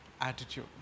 attitude